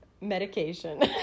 Medication